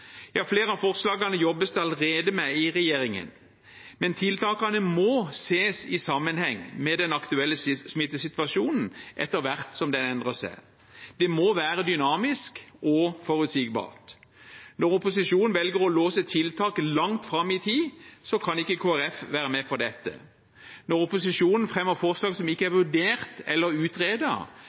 Flere av forslagene jobbes det allerede med i regjeringen, men tiltakene må ses i sammenheng med den aktuelle smittesituasjonen etter hvert som den endrer seg – det må være dynamisk og forutsigbart. Når opposisjonen velger å låse tiltak langt fram i tid, kan ikke Kristelig Folkeparti være med på dette. Når opposisjonen fremmer forslag som ikke er vurdert eller